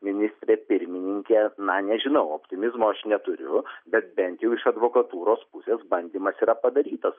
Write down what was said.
ministrė pirmininkė na nežinau optimizmo aš neturiu bet bent jau iš advokatūros pusės bandymas yra padarytas